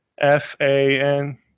f-a-n